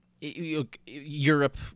Europe